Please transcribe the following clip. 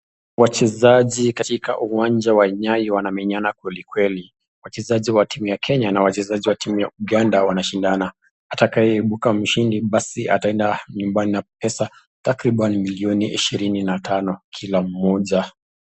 Wachezaji katika uwanja wa Nyayo wanamenyana kweli kweli. Wachezaji wa timu ya Kenya na wachezaji wa timu ya Uganda wanashindana. Atakaye imbuka mshindi basi ataenda nyumbani na pesa takirbani milioni ishirini na tano kila moja.